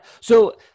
so-